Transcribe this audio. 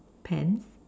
pants